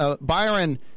byron